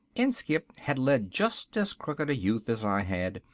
inskipp had led just as crooked a youth as i had,